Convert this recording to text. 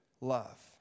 love